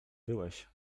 byłeś